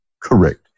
correct